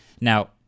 now